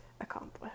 accomplished